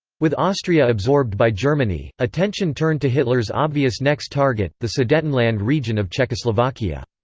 with austria absorbed by germany, attention turned to hitler's obvious next target, the sudetenland region of czechoslovakia.